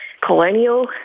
colonial